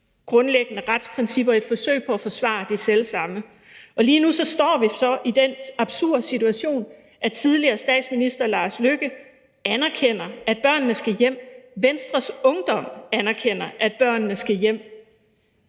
grundlæggende retsprincipper i et forsøg på at forsvare de selv samme. Lige nu står vi i den absurde situation, at tidligere statsminister Lars Løkke Rasmussen anerkender, at børnene skal hjem, at Venstres Ungdom anerkender, at børnene skal hjem,